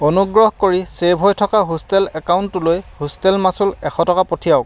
অনুগ্ৰহ কৰি চে'ভ হৈ থকা হোষ্টেল একাউণ্টটোলৈ হোষ্টেল মাচুল এশ টকা পঠিয়াওক